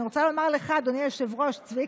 אני רוצה לומר לך, אדוני היושב-ראש, צביקה,